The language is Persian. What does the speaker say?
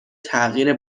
تغییر